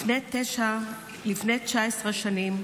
לפני 19 שנים,